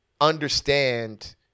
understand